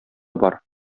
бар